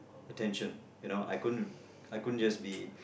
attention you know I couldn't I couldn't just be